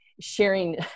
sharing